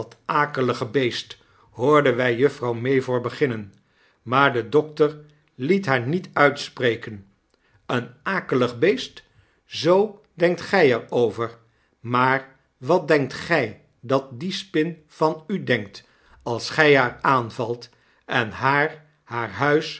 akelige beestl hoorden wy juffrouw mavor beginnen maar de dokter liet haar niet uitspreken een akelig beest zoo denkt gy er over maar wat denkt gy dat die spin van u denkt als gy haar aanvalt en haar haar